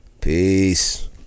Peace